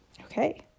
okay